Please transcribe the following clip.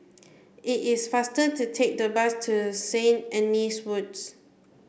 it is faster to take the bus to Saint Anne's Wood